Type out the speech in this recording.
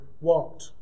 walked